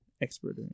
expert